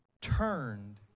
turned